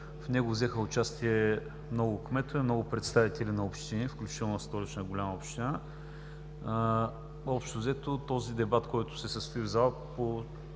В него взеха участие много кметове, много представители на общини, включително и на Столична голяма община. Общо взето дебатът, който се състои в залата,